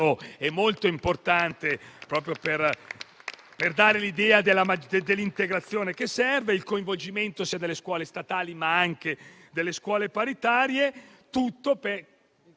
e molto importante, proprio per dare l'idea dell'integrazione che serve. C'è il coinvolgimento sia delle scuole statali sia delle scuole paritarie. Il tutto è